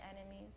enemies